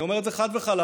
אני אומר את זה חד וחלק,